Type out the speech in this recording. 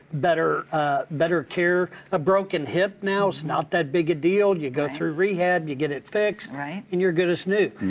better better care, a broken hip now is not that big a deal. you go through rehab, you get it fixed and you're as good as new.